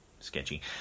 sketchy